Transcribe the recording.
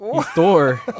thor